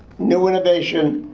new innovation,